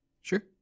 Sure